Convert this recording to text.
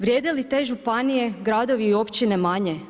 Vrijede li te županije, gradovi i općine manje?